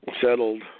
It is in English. settled